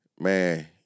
Man